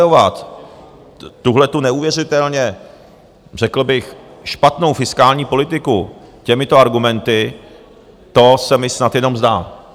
Obhajovat tuhle tu neuvěřitelně, řekl bych, špatnou fiskální politiku těmito argumenty, to se mi snad jenom zdá!